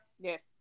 Yes